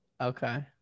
okay